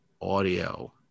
audio